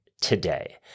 today